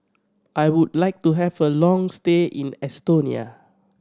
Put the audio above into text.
I would like to have a long stay in Estonia